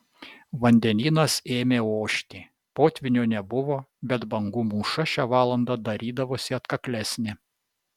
vandenynas ėmė ošti potvynio nebuvo bet bangų mūša šią valandą darydavosi atkaklesnė